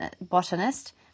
botanist